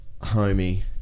homie